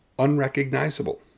unrecognizable